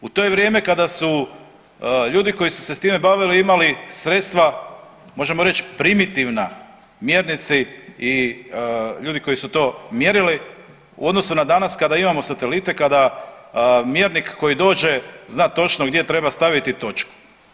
U to vrijeme kada su ljudi koji su se s time bavili imali sredstva možemo reći primitivna, mjernici i ljudi koji su to mjerili u odnosu na danas kada imamo satelite, kada mjernik koji dođe zna točno gdje treba staviti točku.